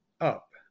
up